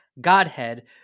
Godhead